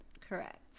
Correct